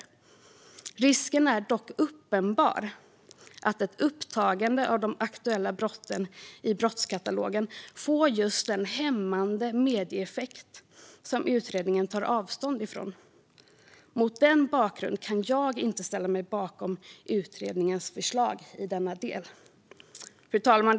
Risken är dock uppenbar att ett upptagande av de aktuella brotten i brottskatalogen får just den hämmande medieeffekt som utredningen tar avstånd från. Mot den bakgrunden kan jag inte ställa mig bakom utredningens förslag i denna del." Fru talman!